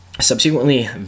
Subsequently